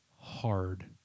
hard